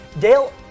Dale